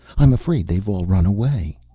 i'm afraid they've all run away.